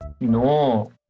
No